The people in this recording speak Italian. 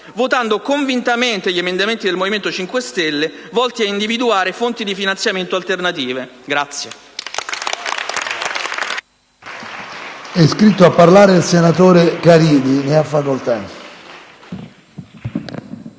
votando convintamente gli emendamenti del Gruppo del Movimento 5 Stelle volti a individuare fonti di finanziamento alternative.